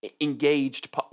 engaged